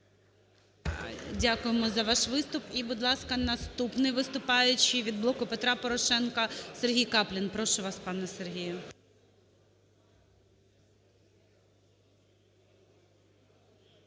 Дякуємо за ваш виступ. І, будь ласка, наступний виступаючий - від "Блоку Петра Порошенка" Сергій Каплін. Прошу вас, пане Сергію.